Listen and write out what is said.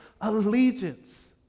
allegiance